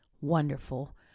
Wonderful